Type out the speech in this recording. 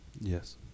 Yes